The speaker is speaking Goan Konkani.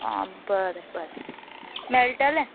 आं बरें बरें मेळटलें